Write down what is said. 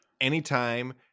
anytime